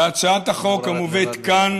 בהצעת החוק המובאת כאן